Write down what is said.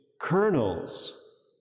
kernels